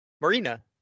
marina